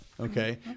Okay